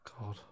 God